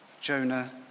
Jonah